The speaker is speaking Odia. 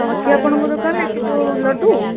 ଅଛି ଆପଣଙ୍କ ଦୋକାନରେ ସେ ଯେଉଁ ଲଡ଼ୁ